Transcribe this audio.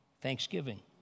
Thanksgiving